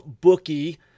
bookie